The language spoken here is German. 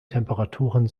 temperaturen